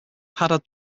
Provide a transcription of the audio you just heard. hadad